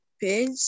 page